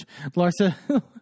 Larsa